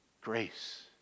Grace